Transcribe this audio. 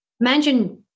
imagine